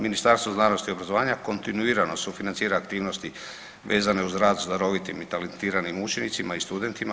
Ministarstvo znanosti i obrazovanja kontinuirano sufinancira aktivnosti vezane uz rad s darovitim i talentiranim učenicima i studentima.